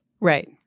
Right